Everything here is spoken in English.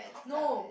no